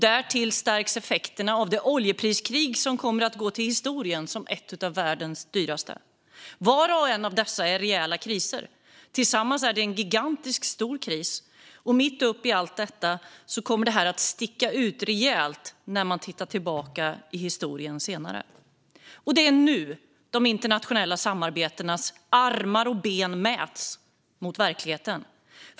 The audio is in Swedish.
Därtill förstärks effekterna av det oljepriskrig som kommer att gå till historien som ett av världens dyraste. Var och en av dessa är en rejäl kris. Tillsammans är det en gigantiskt stor kris. Mitt upp i allt detta kommer det att sticka ut rejält när man senare tittar tillbaka i historien. Det är nu de internationella samarbetenas armar och ben mäts mot verkligheten.